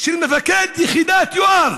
של מפקד יחידת יואב